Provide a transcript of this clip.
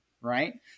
right